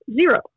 zero